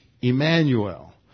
Emmanuel